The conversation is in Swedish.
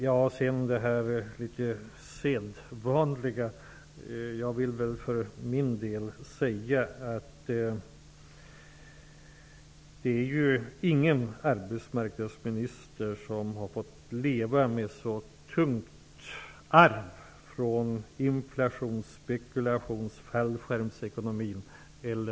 Vad beträffar det litet mera sedvanliga talet vill jag för min del säga att ingen annan arbetsmarknadsminister har fått leva med ett så tungt arv från inflations-, spekulations och fallskärmsekonomin.